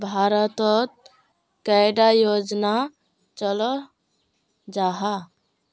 भारत तोत कैडा योजना चलो जाहा?